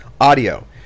Audio